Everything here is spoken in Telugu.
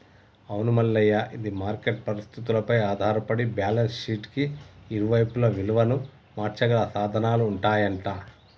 అవును మల్లయ్య ఇది మార్కెట్ పరిస్థితులపై ఆధారపడి బ్యాలెన్స్ షీట్ కి ఇరువైపులా విలువను మార్చగల సాధనాలు ఉంటాయంట